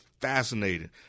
fascinating